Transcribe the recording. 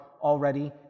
already